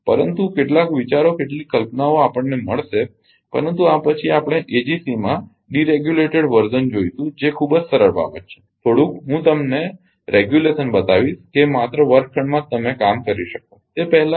પરંતુ કેટલાક વિચારો કેટલીક કલ્પનાઓ આપણને મળશે પરંતુ આ પછી આપણે એજીસીમાં ડીરેગ્યુલેટેડ વર્ઝ્ન જોઇશું જે ખૂબ જ સરળ બાબત છે થોડુંક હું તમને નિયમનરેગ્યુલેશન બતાવીશ કે માત્ર વર્ગખંડમાં જ તમે કામ કરી શકો તે પહેલાં